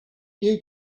you